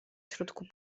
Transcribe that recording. środku